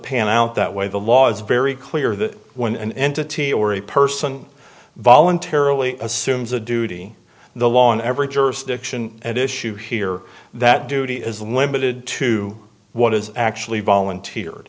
pan out that way the law is very clear that when an entity or a person voluntarily assumes a duty the law in every jurisdiction at issue here that duty is limited to what is actually volunteered